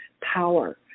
power